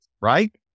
right